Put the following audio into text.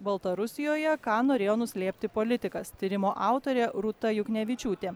baltarusijoje ką norėjo nuslėpti politikas tyrimo autorė rūta juknevičiūtė